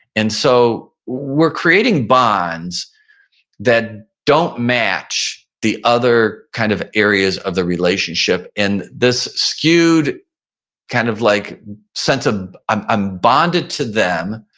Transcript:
and so we're creating bonds that don't match the other kind of areas of the relationship and this skewed kind of like sense of i'm i'm bonded to them,